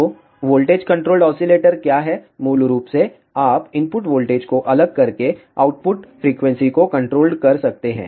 तो voltage controlled oscillator क्या है मूल रूप से आप इनपुट वोल्टेज को अलग करके आउटपुट फ्रीक्वेंसी को कंट्रोल्ड कर सकते हैं